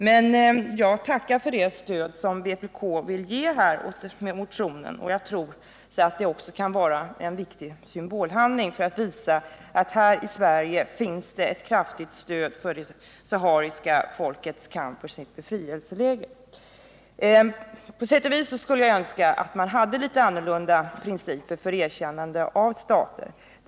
Men jag tackar för det stöd vpk vill ge motionen, och jag tror att ett erkännande skulle vara en viktig symbolhandling för att visa att det här i Sverige finns ett kraftigt stöd för det sahariska folkets kamp för sin befrielse. På sätt och vis skulle jag önska att man hade andra principer för erkännande av stater.